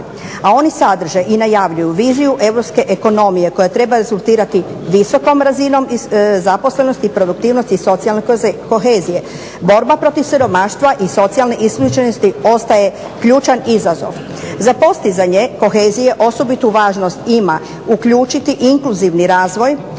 a oni sadrže i najavljuju viziju europske ekonomije koja treba rezultirati visokom razinom zaposlenosti, produktivnosti i socijalne kohezije. Borba protiv siromaštva i socijalne isključenosti ostaje ključan izazov. Za postizanje kohezije osobitu važnost ima uključiti impulzivni razvoj